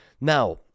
Now